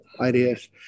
ideas